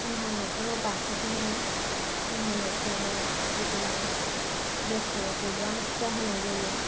जोंहा न'खराव बाथौ धोरोम जोंहा न'खराव बिदिनो बोसोराव गोबां फुजा होनाय जायो